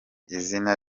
izina